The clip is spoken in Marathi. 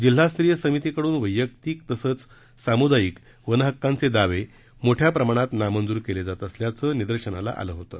जिल्हा स्तरीय समिती कडून वैयक्तिक तसंच सामुदायिक वनहक्कांचे दावे मोठ्या प्रमाणात नामंजूर करण्यात येत असल्याचं निदर्शनास आलं होतं